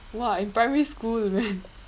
!wah! in primary school man